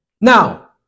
Now